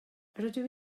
rydw